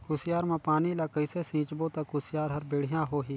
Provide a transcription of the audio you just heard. कुसियार मा पानी ला कइसे सिंचबो ता कुसियार हर बेडिया होही?